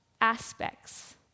aspects